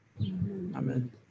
Amen